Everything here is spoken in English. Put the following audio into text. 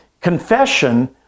confession